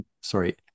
sorry